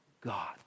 God